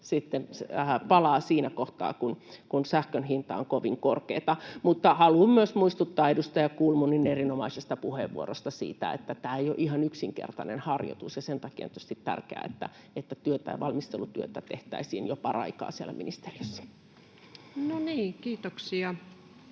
sitten siinäkin kohtaa, kun sähkön hinta on kovin korkea. Haluan myös muistuttaa edustaja Kulmunin erinomaisesta puheenvuorosta siitä, että tämä ei ole ihan yksinkertainen harjoitus, ja sen takia on tietysti tärkeää, että työtä ja valmistelutyötä tehtäisiin jo paraikaa siellä ministeriössä.